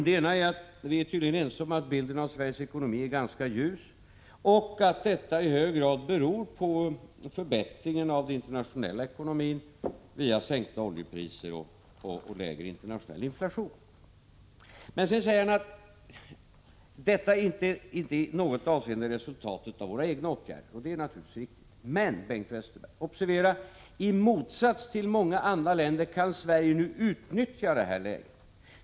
Det ena är att vi tydligen är ense om att bilden av Sveriges ekonomi är ganska ljus och att detta i hög grad beror på förbättringen av den internationella ekonomin på grund av sänkta oljepriser och lägre internationell inflation. Sedan säger han att detta inte i något avseende är ett resultat av våra egna åtgärder, och det är naturligtvis riktigt. Men, Bengt Westerberg, observera att Sverige i motsats till många andra länder nu kan utnyttja detta läge.